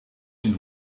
den